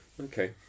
Okay